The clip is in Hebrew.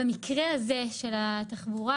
במקרה הזה של התחבורה,